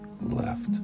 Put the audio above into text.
left